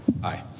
Hi